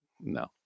no